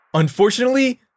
Unfortunately